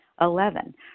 Eleven